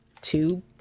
two